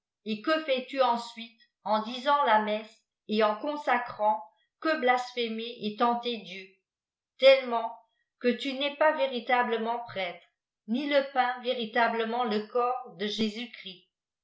et que fais-tu ensuite en disapt ja messe et en consacrant que blasphémer et tenter dieu tellement que tu n'es pas véritablement prêtre ni le pain véritablement le corps de